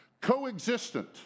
co-existent